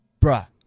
Bruh